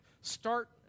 Start